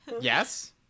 Yes